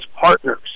partners